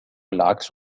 العكس